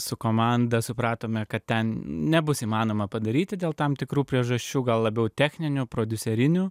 su komanda supratome kad ten nebus įmanoma padaryti dėl tam tikrų priežasčių gal labiau techninių prodiuserinių